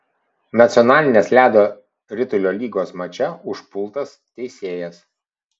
nacionalinės ledo ritulio lygos mače užpultas teisėjas